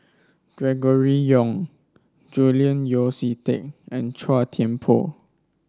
Gregory Yong Julian Yeo See Teck and Chua Thian Poh